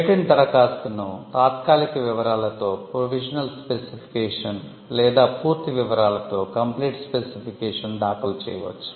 patent దరఖాస్తును తాత్కాలిక వివరాలతో దాఖలు చేయవచ్చు